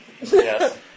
Yes